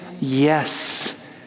yes